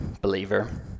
believer